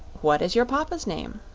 what is your papa's name?